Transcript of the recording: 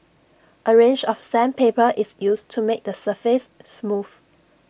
A range of sandpaper is used to make the surface smooth